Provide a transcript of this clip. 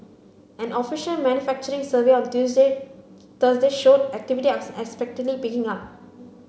an official manufacturing survey on Tuesday Thursday showed activity unexpectedly picking up